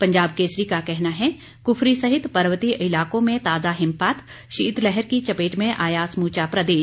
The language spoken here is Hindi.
पंजाब केसरी का कहना है कुफरी सहित पर्वतीय इलाकों में ताजा हिमपात शीतलहर की चपेट में आया समूचा प्रदेश